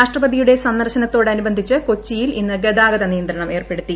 രാഷ്ട്രപതിയുടെ സന്ദർശനത്തോട് അനുബന്ധിച്ച് കൊച്ചിയിൽ ഇന്ന് ഗതാഗത നിയന്ത്രണം ഏർപ്പെടുത്തി